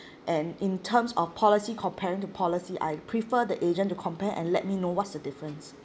and in terms of policy comparing to policy I prefer the agent to compare and let me know what's the difference